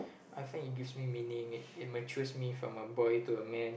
I find it gives me meaning it it matures me from a boy to a man